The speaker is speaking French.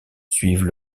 suivent